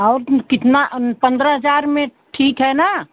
और कितना पंद्रह हज़ार में ठीक है ना